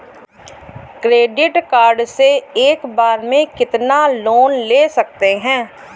Credit card से एक बार में कितना लोन ले सकते हैं?